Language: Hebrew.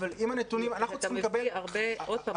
עוד פעם,